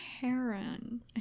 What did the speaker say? heron